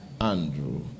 Andrew